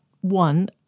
one